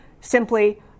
simply